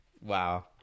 Wow